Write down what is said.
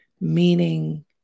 meaning